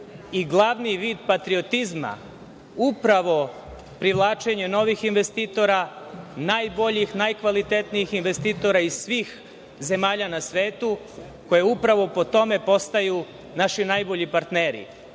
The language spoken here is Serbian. i glavni vid patriotizma upravo privlačenje novih investitora, najboljih, najkvalitetnijih investitora iz svih zemalja na svetu koje upravo po tome postaju naši najbolji partneri.